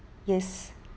yes